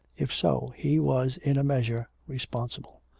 if so, he was in a measure responsible.